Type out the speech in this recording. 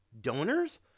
donors